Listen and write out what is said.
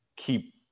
keep